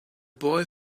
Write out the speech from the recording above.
boy